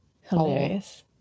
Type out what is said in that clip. hilarious